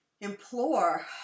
implore